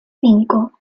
cinco